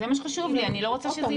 שחשוב לי, אני לא רוצה שזה ייפסל.